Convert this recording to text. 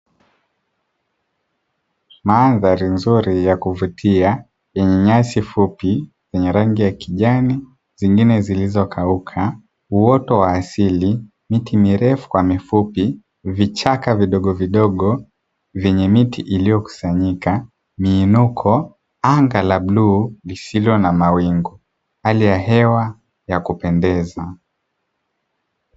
Mandhari nzuri ya kuvutia yenye nyasi fupi yenye rangi ya kijani, zingine zilizokauka, uoto wa asili, miti mirefu kwa mifupi, vichaka vidogovidogo vyenye miti iliyokusanyika, miinuko, anga la bluu lisilo na mawingu; hali ya hewa ya kupendeza.